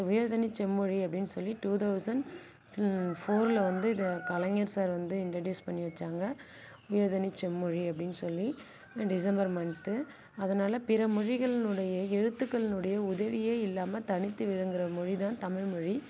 உயர்தனிச் செம்மொழி அப்படின்னு சொல்லி டூ தௌசண்ட் ஃபோரில் வந்து இதை கலைஞர் சார் வந்து இன்ட்ரடியூஸ் பண்ணி வச்சாங்க உயர்தனிச் செம்மொழி அப்படின்னு சொல்லி டிசம்பர் மன்த்து அதனால் பிறமொழிகள்னுடைய எழுத்துக்கள்னுடைய உதவியே இல்லாமல் தனித்து இயங்குகிற மொழிதான் தமிழ்மொழி